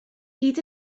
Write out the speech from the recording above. hyd